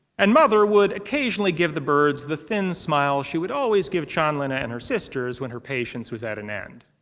and mother would occasionally give the birds the thin smile she would always give chanlina and her sisters when her patience was at an end.